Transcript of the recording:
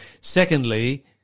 Secondly